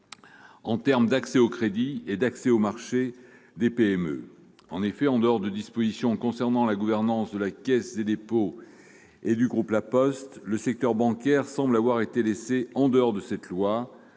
en matière d'accès au crédit et aux marchés pour les PME. En effet, à l'exception de dispositions concernant la gouvernance de la Caisse des dépôts et du groupe La Poste, le secteur bancaire semble avoir été laissé en dehors du texte,